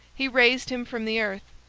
he raised him from the earth,